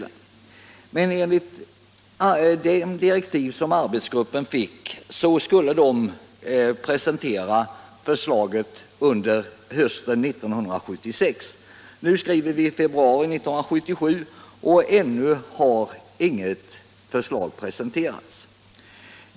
Enligt de direktiv som arbetsgruppen fick skulle den presentera förslaget under hösten 1976. Nu är det februari 1977 och ännu har inget förslag presenterats.